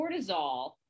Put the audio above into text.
cortisol